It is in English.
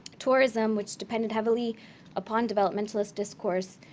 tourism, which depended heavily upon developmentalist discourse,